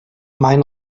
mein